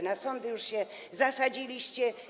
Na sądy już się zasadziliście.